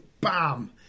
bam